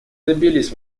добились